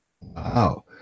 Wow